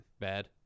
bad